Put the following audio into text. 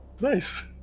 Nice